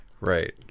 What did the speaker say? Right